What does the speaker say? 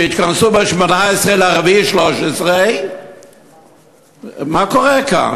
שהתכנסו ב-18 באפריל 2013. מה קורה כאן?